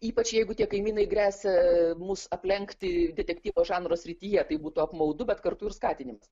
ypač jeigu tie kaimynai gresia mus aplenkti detektyvo žanro srityje tai būtų apmaudu bet kartu ir skatinimas